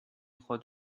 خود